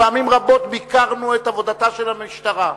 פעמים רבות ביקרנו את עבודת המשטרה.